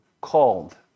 called